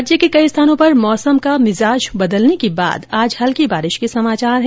राज्य के कई स्थानों पर मौसम का मिजाज बदलने के बाद आज हल्की बारिश के समाचार हैं